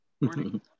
morning